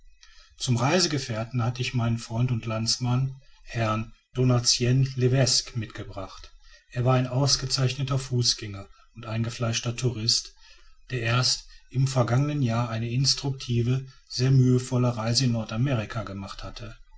zum reisegefährten hatte ich meinen freund und landsmann herrn donatien levesque mitgebracht er war ein ausgezeichneter fußgänger und eingefleischter tourist der erst im vergangenen jahre eine instructive sehr mühevolle reise in nordamerika gemacht hatte